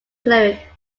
cleric